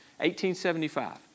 1875